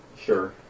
Sure